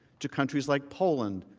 to countries like poland,